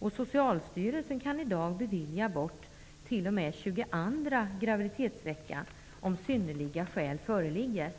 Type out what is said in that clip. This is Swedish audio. Socialstyrelsen kan i dag bevilja abort t.o.m. tjugoandra graviditetsveckan, om synnerliga skäl föreligger.